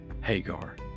Hagar